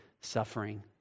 suffering